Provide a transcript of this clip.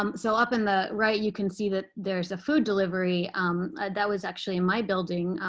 um so up in the right, you can see that there is a food delivery that was actually in my building.